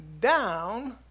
down